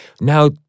now